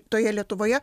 toje lietuvoje